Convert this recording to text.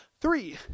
Three